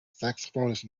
saxophonist